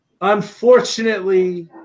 Unfortunately